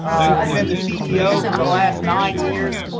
i've been the ceo for the last nine years.